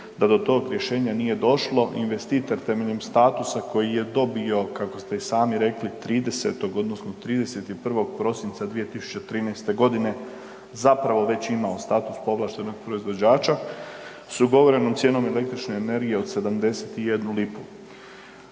da do tog rješenja nije došlo investitor temeljem statusa koji dobio kako ste i sami rekli 30. odnosno 31. prosinca 2013. godine zapravo već imao status povlaštenog proizvođača s ugovorenom cijenom električne energije od 71 lipu.